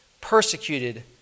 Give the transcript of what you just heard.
Persecuted